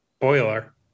boiler